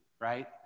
right